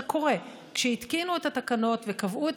זה קורה: כשהתקינו את התקנות וקבעו את